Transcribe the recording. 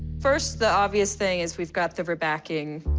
first, the obvious thing is we've got the rebacking.